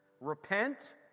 Repent